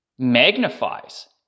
magnifies